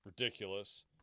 Ridiculous